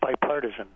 bipartisan